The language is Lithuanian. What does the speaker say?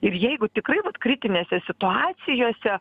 ir jeigu tikrai vat kritinėse situacijose